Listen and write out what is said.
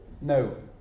No